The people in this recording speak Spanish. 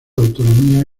autonomía